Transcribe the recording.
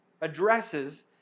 addresses